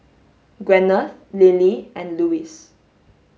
Gwyneth Lillie and Louis